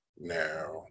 now